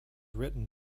written